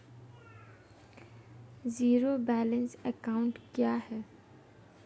Zero balance account क्या है?